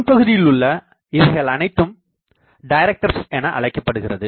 முன்பகுதியில் உள்ள இவைகள் அனைத்தும் டைரக்டர்ஸ் எனஅழைக்கப்படுகிறது